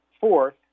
Fourth